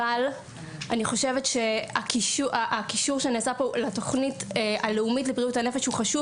אבל אני חושבת שהקישור שנעשה פה לתוכנית הלאומית לבריאות הנפש הוא חשוב